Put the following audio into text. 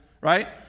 right